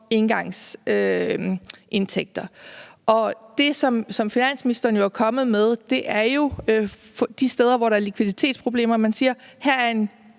engangsindtægter, og det, som finansministeren er kommet med de steder, hvor der er likviditetsproblemer, er jo en